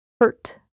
hurt